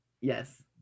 yes